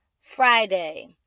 Friday